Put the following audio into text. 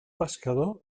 pescador